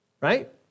right